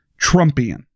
Trumpian